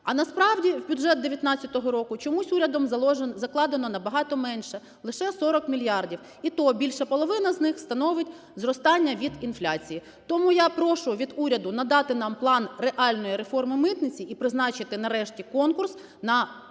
А насправді в бюджет 2019 року чомусь урядом закладено набагато менше – лише 40 мільярдів, і то більше половини з них становить зростання від інфляції. Тому я прошу від уряду надати нам план реальної реформи митниці і призначити нарешті конкурс на